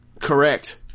Correct